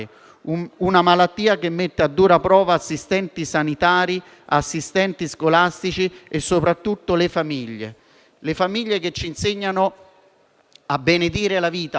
Una malattia che mette a dura prova assistenti sanitari, assistenti scolastici e soprattutto le famiglie. Le famiglie che ci insegnano a benedire la vita,